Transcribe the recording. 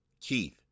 Keith